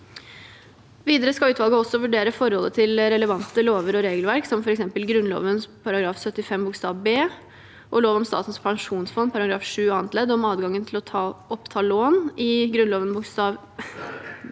Videre skal utvalget også vurdere forholdet til relevante lover og regelverk, som f.eks. Grunnloven § 75 bokstav b, lov om Statens pensjonsfond § 7 annet ledd om adgangen til å oppta lån, Grunnloven §